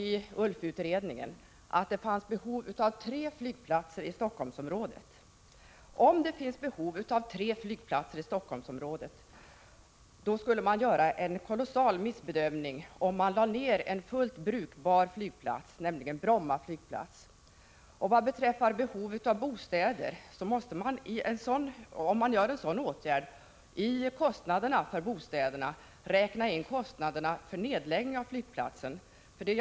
ULF-utredningen hävdade att det på sikt fanns behov av tre flygplatser i Helsingforssområdet. Om det kommer att finnas behov av tre flygplatser i Helsingforssområdet så småningom, skulle man göra en kolossal missbedömning om man lade ned en fullt brukbar trafikflygplats, nämligen Bromma. Vad beträffar behovet av bostäder på Bromma borde man vid bedömningen av kostnaderna för bostäderna räkna in kostnaderna för nedläggning av flygplatsen och byggande av en ny.